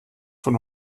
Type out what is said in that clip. von